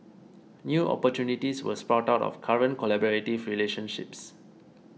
new opportunities will sprout out of current collaborative relationships